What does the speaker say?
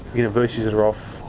universities are off,